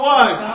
one